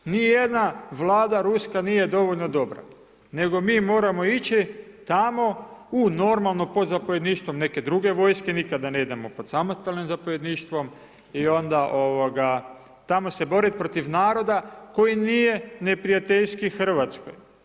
Ni jedna Vlada ruska nije dovoljno dobra, nego mi moramo ići tamo u normalno, pod zapovjedništvom neke druge vojske, nikada ne idemo pod samostalnim zapovjedništvom, i onda tamo se borit protiv naroda koji nije neprijateljski Hrvatskoj.